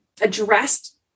addressed